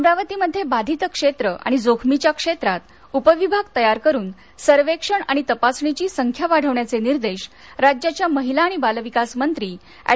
अमरावतीमध्ये बाधित क्षेत्र आणि जोखमीच्या क्षेत्रात उपविभाग तयार करून सर्वेक्षण आणि तपासणीची संख्या वाढवण्याचे निर्देश राज्याच्या महिला आणि बालविकास मंत्री ऍड